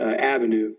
avenue